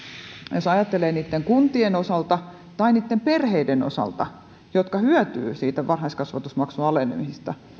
jos ajattelee niitten kuntien osalta tai niitten perheiden osalta jotka hyötyvät siitä varhaiskasvatusmaksun alenemisesta